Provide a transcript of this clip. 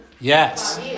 Yes